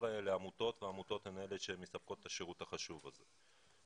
לעמותות והעמותות הן אלה שמספקות את השירות החשוב הזה.